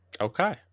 Okay